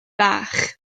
bach